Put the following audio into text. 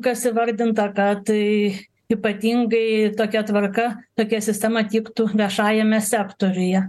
kas įvardinta kad tai ypatingai tokia tvarka tokia sistema tiktų viešajame sektoriuje